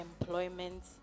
employment